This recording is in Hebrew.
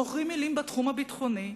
מוכרים מלים בתחום הביטחוני.